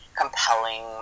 compelling